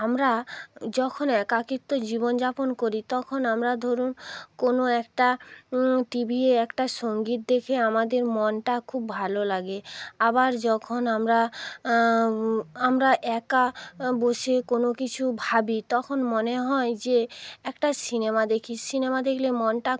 আমরা যখন একাকিত্ব জীবনযাপন করি তখন আমরা ধরুন কোনও একটা টিভিতে একটা সংগীত দেখে আমাদের মনটা খুব ভালো লাগে আবার যখন আমরা আমরা একা বসে কোনও কিছু ভাবি তখন মনে হয় যে একটা সিনেমা দেখি সিনেমা দেখলে মনটা